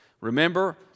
remember